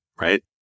right